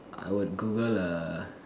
I would Google the